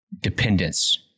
dependence